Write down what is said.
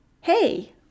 Hey